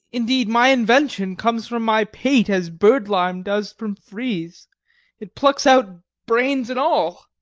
indeed, my invention comes from my pate as birdlime does from frize it plucks out brains and all